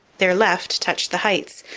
their left touched the heights,